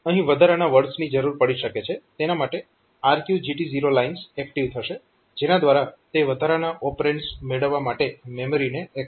અહીં વધારાના વર્ડ્સ ની જરૂર પડી શકે છે તેના માટે આ RQ GT0 લાઇન્સ એક્ટીવ થશે જેના દ્વારા તે વધારાના ઓપરેન્ડ્સ મેળવવા માટે મેમરીને એક્સેસ કરશે